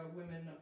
women